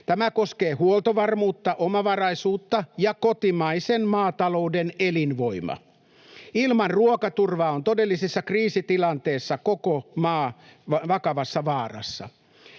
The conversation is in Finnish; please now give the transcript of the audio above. Tämä koskee huoltovarmuutta, omavaraisuutta ja kotimaisen maatalouden elinvoimaa. Ilman ruokaturvaa on todellisessa kriisitilanteessa koko maa vakavassa vaarassa.